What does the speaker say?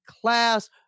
class